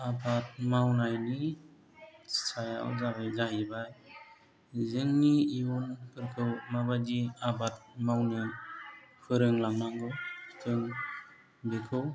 आबाद मावनायनि सायाव जाहैबाय जोंनि इयुनफोरखौ माबायदि आबाद मावनो फोरोंलांनांगौ जों बेखौ